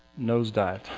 nosedived